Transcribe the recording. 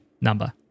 number